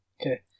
Okay